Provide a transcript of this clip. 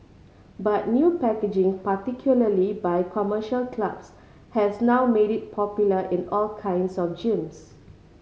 but new packaging particularly by commercial clubs has now made it popular in all kinds of gyms